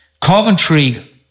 Coventry